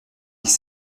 dix